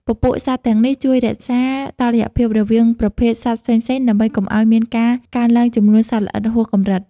ពពួកសត្វទាំងនេះជួយរក្សាតុល្យភាពរវាងប្រភេទសត្វផ្សេងៗ ដើម្បីកុំឱ្យមានការកើនឡើងចំនួនសត្វល្អិតហួសកម្រិត។